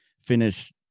finish